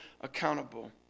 accountable